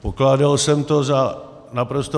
Pokládal jsem to za naprosto...